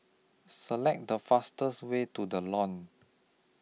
Select The fastest Way to The Lawn